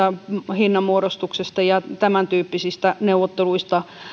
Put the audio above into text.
hinnanmuodostuksesta ja tämäntyyppisistä neuvotteluista